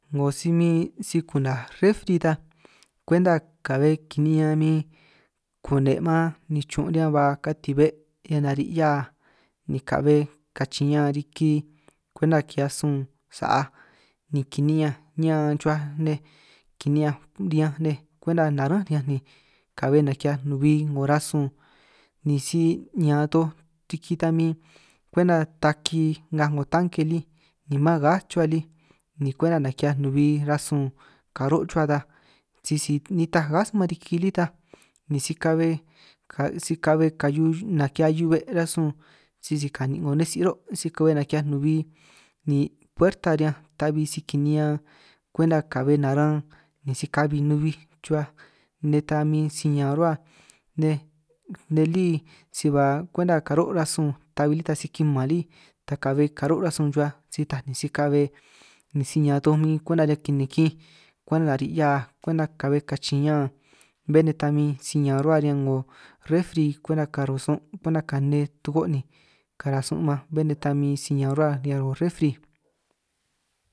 'Ngo si min si ku'naj refri ta kwenta ka'be kini'ñan min kune' man nichun' riñan ba katin be' ñan nari' ñaan, ni ka'be kachin ñaan riki kwenta ki'hiaj sun sa'aj ni kini'ñanj ñaan chuhuaj nej kini'ñanj riñanj nej, kwenta narán riñanj ni ka'be naki'hiaj nubi 'ngo rasun ni si ñaan toj riki ta min kwenta taki ngaj 'ngo tanki lí ni mán gas chuhua lí, ni kwenta naki'hiaj nubi rasun karo' chruhua ta sisi nitaj gas mán riki lí ta ni si ka'be ka' si ka'be kahiu naki'hiaj hiu'be' rasun sisi kanin' 'ngo nne tsi ruhuo' si kohue' naki'hiaj nubij, ni puerta riñanj ta'bi si kini'ñan kwenta ka'be naran ni si kabi nubij chruhua nej ta min si ñaan ruhua nej nej lí, si ba kwenta karó' rasun tabi lí ta si kiman lí ta ka'be karo' rasun ruhuaj si taj ni si ka'be ni si ñaan toj min kwenta riñan kinikinj, kwenta kari' hiaa kwenta kari' ka'be kachin ñaan bé nej ta min si ñaan ruhua riñan 'ngo refri, kwenta karusun' kwenta kane tokó' ni karasun' man, bé nej ta min si ñaan rruhua riñan 'ngo refri.